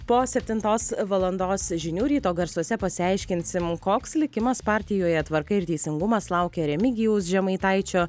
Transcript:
po septintos valandos žinių ryto garsuose pasiaiškinsim koks likimas partijoje tvarka ir teisingumas laukia remigijaus žemaitaičio